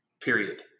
period